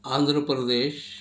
Andhra Pradesh